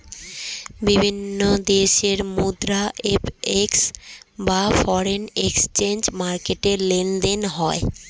বিভিন্ন দেশের মুদ্রা এফ.এক্স বা ফরেন এক্সচেঞ্জ মার্কেটে লেনদেন হয়